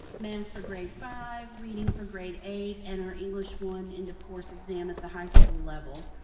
math for grade five, reading for grade eight, and our english one end-of-course exam at the high school level.